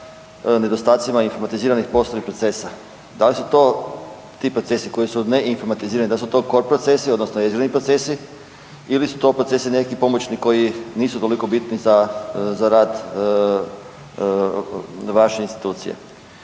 nedostacima informatiziranih poslovnih procesa. Da li su to ti procesi koji su neinformatizirani, da li su to core procesi odnosno jezgrovni procesi ili su to procesi neki pomoćni koji nisu toliko bitni za rad, za rad vaše institucije?